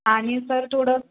आणि सर थोडं